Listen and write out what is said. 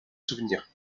souvenirs